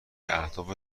اهداف